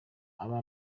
aba